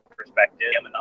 perspective